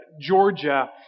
Georgia